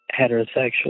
heterosexual